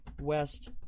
west